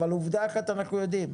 אבל עובדה אחת אנחנו יודעים,